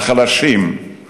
לחלשים,